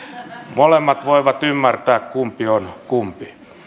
molemmat voivat ymmärtää kumpi on kumpi